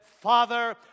Father